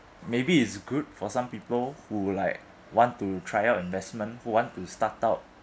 maybe it's good for some people who like want to try out investment who want to start out